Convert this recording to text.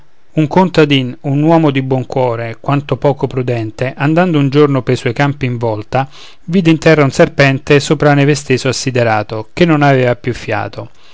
un contadin un uomo di buon cuore quanto poco prudente andando un giorno pe suoi campi in vòlta vide in terra un serpente sopra la neve steso assiderato che non avea più fiato